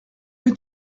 que